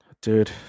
Dude